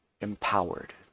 empowered